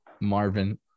Marvin